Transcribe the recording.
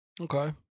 Okay